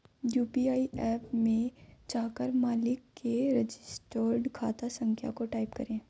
UPI app में जाकर मालिक के रजिस्टर्ड खाता संख्या को टाईप करें